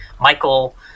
Michael